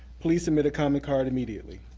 please submit a comment card immediately.